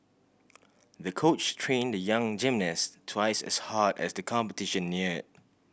the coach trained the young gymnast twice as hard as the competition neared